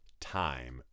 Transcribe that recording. time